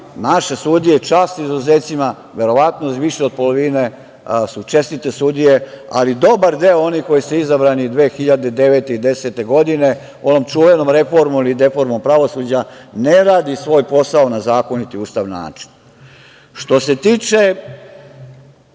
naše sudije, čast izuzecima, verovatno više od polovine su čestite sudije, ali dobar deo onih koji su izabrani 2009. i 2010. godine onom čuvenom reformom ili deformom pravosuđa ne radi svoj posao na zakonit i ustavni način. Što se tiče